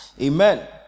Amen